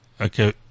Okay